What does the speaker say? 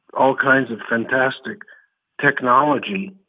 all kinds of fantastic technology.